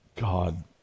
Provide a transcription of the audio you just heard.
God